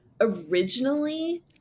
originally